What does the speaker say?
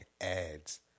ads